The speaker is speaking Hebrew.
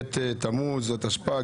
ב' בתמוז התשפ"ג,